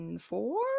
four